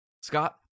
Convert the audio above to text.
Scott